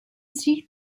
sich